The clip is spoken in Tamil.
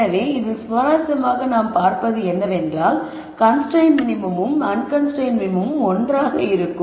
எனவே இதில் சுவாரஸ்யமாக நாம் பார்ப்பது என்னவென்றால் கன்ஸ்ரைன்ட்டு மினிமமும் அன்கன்ஸ்ரைன்ட்டு மினிமமும் ஒன்றாக இருக்கும்